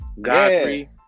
Godfrey